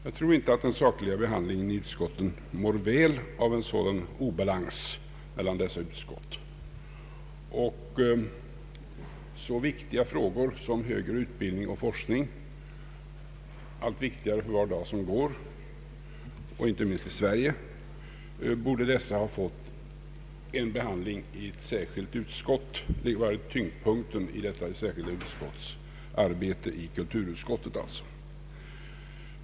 Jag tror inte att den sakliga behandlingen i utskotten mår väl av en sådan obalans. Så viktiga frågor som högre utbildning och forskning — allt viktigare för var dag som går, inte minst i Sverige — borde ha fått behandlas i ett särskilt utskott eller utgjort tyngdpunkten i kulturutskottet.